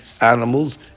animals